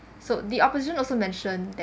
so the opposition also mentioned